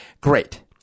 Great